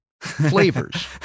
flavors